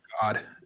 God